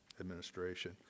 administration